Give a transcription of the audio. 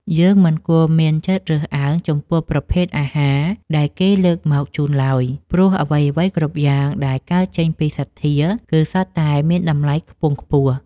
យើងមិនគួរមានចិត្តរើសអើងចំពោះប្រភេទអាហារដែលគេលើកមកជូនឡើយ ព្រោះ អ្វីៗគ្រប់យ៉ាងដែលកើតចេញពីសទ្ធា គឺសុទ្ធតែមានតម្លៃខ្ពង់ខ្ពស់។